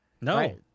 No